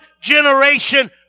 generation